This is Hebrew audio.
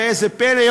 ראה זה פלא,